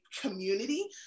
community